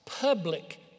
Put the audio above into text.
public